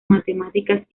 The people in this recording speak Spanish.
matemáticas